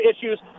issues